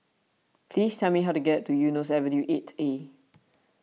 please tell me how to get to Eunos Avenue eight A